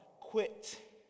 quit